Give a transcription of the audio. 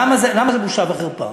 למה זו בושה וחרפה?